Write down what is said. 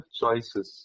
choices